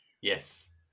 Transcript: Yes